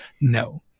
no